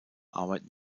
arbeit